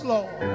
Lord